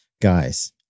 Guys